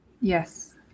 yes